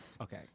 Okay